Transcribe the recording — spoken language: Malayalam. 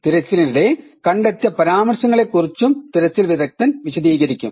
തിരച്ചിലിനിടെ കണ്ടെത്തിയ പരാമർശങ്ങളെ കുറിച്ചും തിരച്ചിൽ വിദഗ്ദ്ധൻ വിശദീകരിക്കും